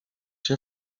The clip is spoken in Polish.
się